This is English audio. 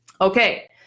Okay